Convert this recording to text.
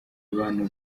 abantu